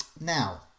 Now